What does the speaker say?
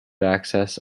access